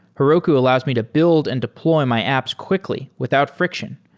heroku allows me to build and deploy my apps quickly without friction.